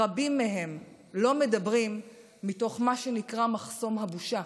רבים מהם לא מדברים מתוך מה שנקרא "מחסום הבושה".